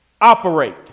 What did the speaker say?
operate